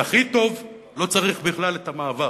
והכי טוב, לא צריך בכלל את המעבר,